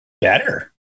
better